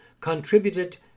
contributed